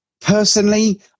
personally